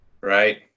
Right